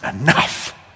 enough